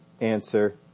answer